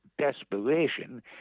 desperation